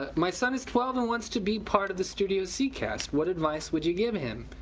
ah my son is twelve and wants to be part of the studio c cast what advice would you give him.